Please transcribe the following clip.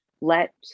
let